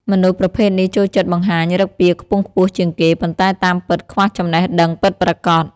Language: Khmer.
មនុស្សប្រភេទនេះចូលចិត្តបង្ហាញឫកពាខ្ពង់ខ្ពស់ជាងគេ ប៉ុន្តែតាមពិតខ្វះចំណេះដឹងពិតប្រាកដ។